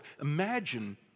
Imagine